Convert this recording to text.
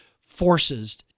forces